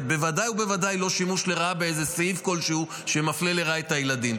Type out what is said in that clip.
בוודאי ובוודאי לא שימוש לרעה באיזה סעיף כלשהו שמפלה לרעה את הילדים.